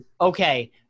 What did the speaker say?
Okay